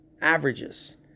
averages